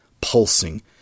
pulsing